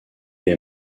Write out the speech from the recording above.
est